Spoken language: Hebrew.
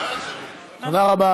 תודה רבה